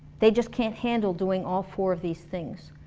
they just can't handle doing all four of these things.